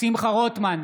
שמחה רוטמן,